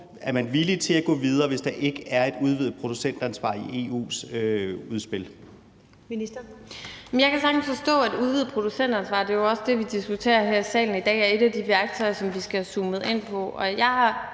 Er man villig til at gå videre, hvis der ikke er et udvidet producentansvar i EU's udspil?